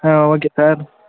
ah okay sir